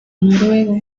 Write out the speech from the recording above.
noruego